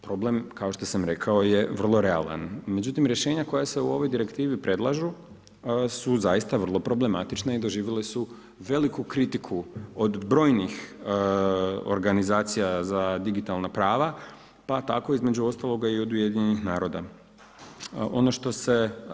Problem, kao što sam rekao je vrlo realan, međutim rješenja koja se u ovoj direktivi predlažu su zaista vrlo problematična i doživjele su veliku kritiku od brojnih organizacija za digitalna prava pa tako između ostaloga i od Ujedinjenih naroda.